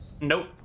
Nope